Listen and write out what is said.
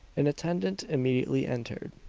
an attendant immediately entered.